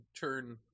turn